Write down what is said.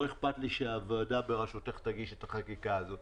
לא אכפת לי שהוועדה בראשותך תגיש את החקיקה הזאת.